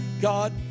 God